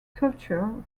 cultured